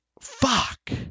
Fuck